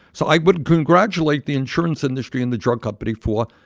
so i would congratulate the insurance industry and the drug company for,